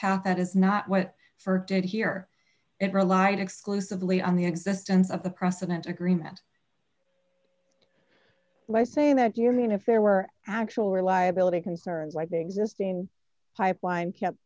path that is not what for did here and rely exclusively on the existence of the precedent agreement my saying that you mean if there were actual reliability concerns like the existing pipeline kept